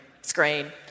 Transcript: Screen